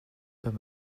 pas